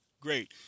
great